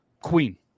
Queen